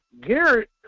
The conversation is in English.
Garrett